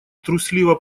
трусливо